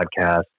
podcast